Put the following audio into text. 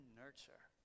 nurture